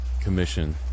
Commission